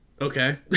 Okay